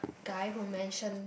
guy who mention